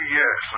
yes